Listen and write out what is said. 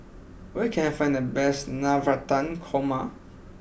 where can I find the best Navratan Korma